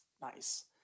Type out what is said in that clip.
Nice